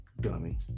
dummy